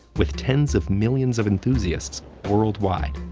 with tens of millions of enthusiasts worldwide.